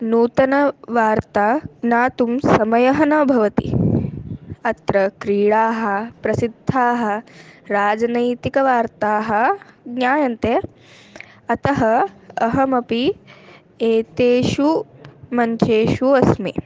नूतनवार्तां ज्ञातुं समयः न भवति अत्र क्रीडाः प्रसिद्धाः राजनैतिकवार्ताः ज्ञायन्ते अतः अहमपि एतेषु मञ्चेषु अस्मि